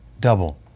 double